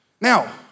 Now